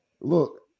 look